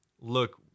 look